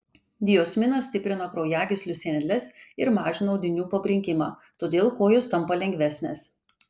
diosminas stiprina kraujagyslių sieneles ir mažina audinių pabrinkimą todėl kojos tampa lengvesnės